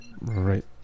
right